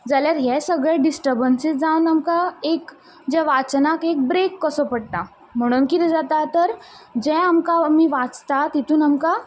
जाल्यार हें सगळे डिस्टरबनसीस जावन आमकां एक जे वाचनाक एक ब्रेक कसो पडटा म्हणून कितें जाता तर जें आमकां आमी वाचता तेतून आमकां